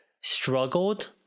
struggled